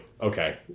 Okay